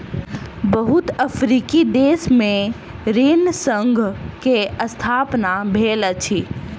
बहुत अफ्रीकी देश में ऋण संघ के स्थापना भेल अछि